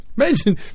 Imagine